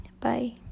Bye